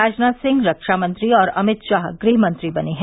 राजनाथ सिंह रक्षा मंत्री और अमित शाह गृहमंत्री बने हैं